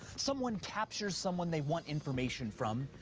someone captures someone they want information from,